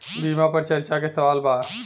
बीमा पर चर्चा के सवाल बा?